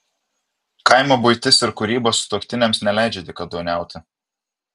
kaimo buitis ir kūryba sutuoktiniams neleidžia dykaduoniauti